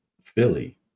Philly